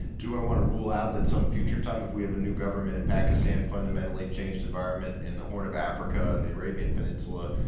do i want to rule out that some future time, if we have a new government in pakistan, fundamentally change the environment in the horn of africa and the arabian peninsula,